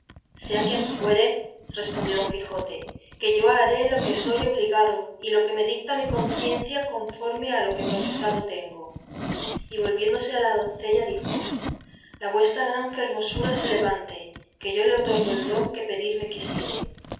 sea quien fuere respondió don quijote que yo haré lo que soy obligado y lo que me dicta mi conciencia conforme a lo que profesado tengo y volviéndose a la doncella dijo la vuestra gran fermosura se levante que yo le otorgo el don que pedirme quisiere